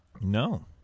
No